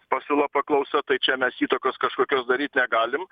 pasiūla paklausa tai čia mes įtakos kažkokios daryt negalim